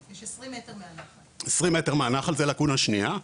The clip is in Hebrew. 20 מטר מהנחל זו לקונה שנייה.